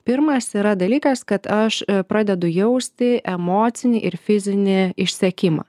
pirmas yra dalykas kad aš pradedu jausti emocinį ir fizinį išsekimą